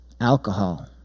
Alcohol